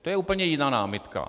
To je úplně jiná námitka.